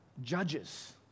Judges